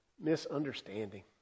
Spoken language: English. misunderstanding